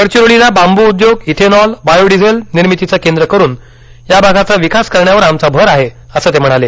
गडचिरोलीला बांबू उद्योगइथेनॉलबायो डिझल निर्मितिचे केंद्र करून या भागाचा विकास करण्यावर आमचा भर आहे असं ते म्हणाले